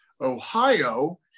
Ohio